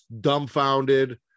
dumbfounded